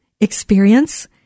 experience